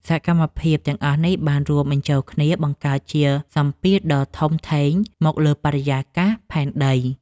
សកម្មភាពទាំងអស់នេះបានរួមបញ្ចូលគ្នា បង្កើតជាសម្ពាធដ៏ធំធេងមកលើបរិយាកាសផែនដី។